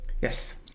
yes